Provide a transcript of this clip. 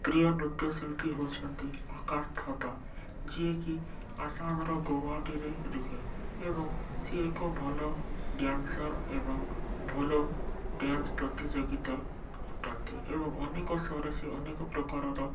ପ୍ରିୟ ନୃତ୍ୟଶିଳ୍ପୀ ହେଉଛନ୍ତି ଆକାଶ ଥାପ୍ପା ଯିଏକି ଆସାମର ଗୌହାଟିରେ ରୁହେ ଏବଂ ସେ ଏକ ଭଲ ଡ୍ୟାନ୍ସର୍ ଏବଂ ଭଲ ଡ୍ୟାନ୍ସ୍ ପ୍ରତିଯୋଗିତା ଅଟନ୍ତି ଏବଂ ଅନେକ ସହରରେ ସେ ଅନେକପ୍ରକାରର